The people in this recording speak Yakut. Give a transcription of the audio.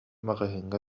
маҕаһыыҥҥа